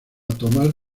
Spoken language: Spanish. tomás